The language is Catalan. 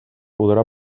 podrà